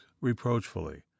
reproachfully